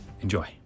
enjoy